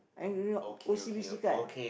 and you know O_C_B_C card